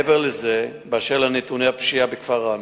מעבר לזה, באשר לנתוני הפשיעה בכפר ראמה,